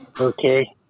Okay